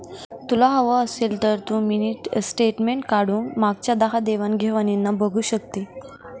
तुला हवं असेल तर तू मिनी स्टेटमेंट काढून मागच्या दहा देवाण घेवाणीना बघू शकते